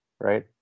right